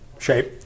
Shape